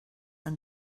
and